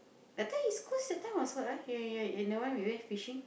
that time is close your time also right ya ya ya that we went fishing